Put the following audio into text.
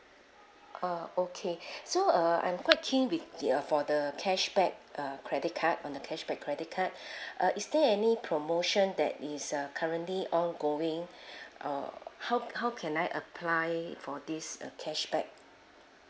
uh okay so err I'm quite keen with the uh for the cashback uh credit card on the cashback credit card uh is there any promotion that is uh currently ongoing uh how how can I apply for this uh cashback